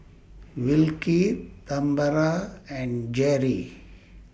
Wilkie Tambra and Jeri